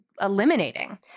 eliminating